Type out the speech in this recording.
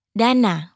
dana